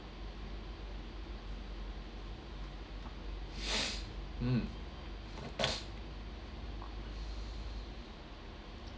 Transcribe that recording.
mm